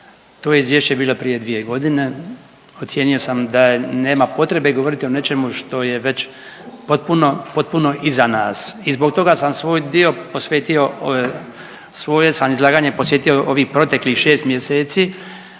To je izvješće bilo prije 2 godine. Ocijenio sam da nema potrebe govoriti o nečemu što je već potpuno, potpuno iza nas i zbog toga sam svoj dio posvetio, svoje sam izlaganje posvetio ovih proteklih 6 mjeseci.